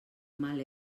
mal